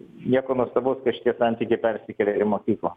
nieko nuostabaus kad šitie santykiai persikelia į mokyklą